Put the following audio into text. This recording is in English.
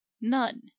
None